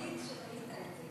נגיד שראית את זה.